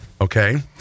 Okay